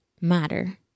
matter